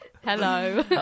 Hello